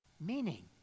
meaning